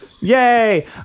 yay